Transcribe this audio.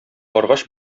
торгач